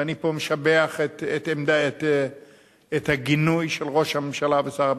ואני משבח פה את הגינוי של ראש הממשלה ושר הביטחון,